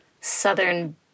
southern